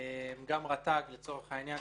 גם רט"ג לצורך העניין,